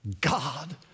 God